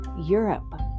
Europe